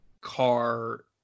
car